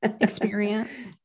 experience